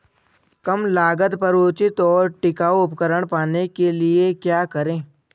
कम लागत पर उचित और टिकाऊ उपकरण पाने के लिए क्या करें?